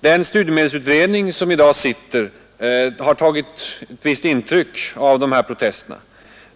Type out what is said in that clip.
Den studiemedelsutredning som i dag sitter har tagit ett visst intryck av protesterna.